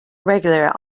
regularly